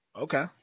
Okay